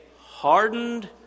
hardened